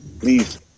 Please